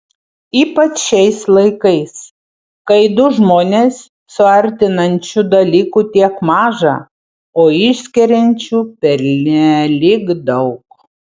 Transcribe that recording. ypač šiais laikais kai du žmones suartinančių dalykų tiek maža o išskiriančių pernelyg daug